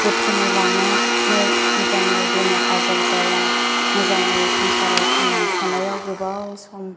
जोथोनै लानानै मोजाङै बेमार आजार जाया मोजाङै संसाराव थांनानै थानायाव गोबाव सम